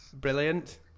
Brilliant